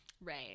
Right